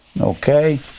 Okay